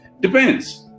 depends